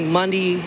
money